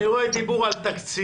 אני רואה דיבור על תקציב,